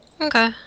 Okay